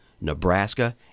Nebraska